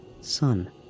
Son